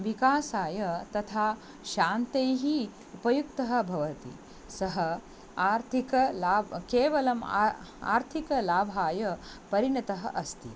विकासाय तथा शान्तैः उपयुक्तः भवति सः आर्थिकलाभः केवलम् आ आर्थिकलाभाय परिणतः अस्ति